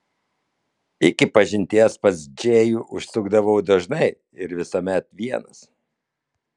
iki pažinties pas džėjų užsukdavau dažnai ir visuomet vienas